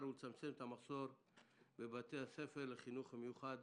ולצמצם את המחסור בבתי הספר לחינוך המיוחד,